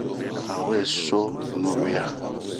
A unwe soo ɲuwia.